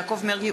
יעקב מרגי,